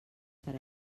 per